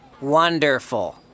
Wonderful